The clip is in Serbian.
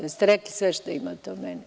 Jel ste rekli sve što imate o meni?